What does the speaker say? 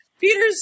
Peter's